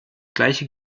gleiche